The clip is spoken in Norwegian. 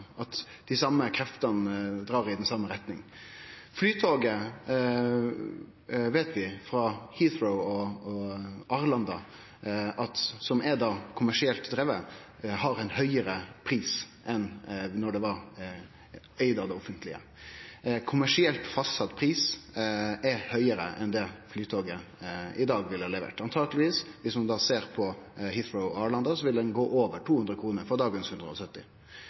frå Arlanda, som er kommersielt drivne, har ein høgare pris enn då dei var eigde av det offentlege. Kommersielt fastsett pris ligg høgare enn det Flytoget i dag leverer. Antakeleg, viss ein ser på Heathrow og Arlanda, ville prisen gått over 200 kr, frå